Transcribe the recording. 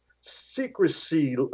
secrecy